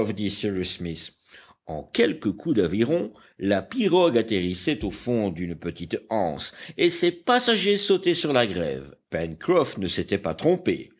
smith en quelques coups d'aviron la pirogue atterrissait au fond d'une petite anse et ses passagers sautaient sur la grève pencroff ne s'était pas trompé